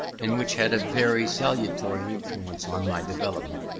and which had a very salutary influence on my development,